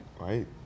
right